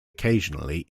occasionally